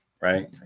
right